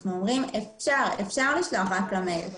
אנחנו אומרים שאפשר לשלוח רק במייל.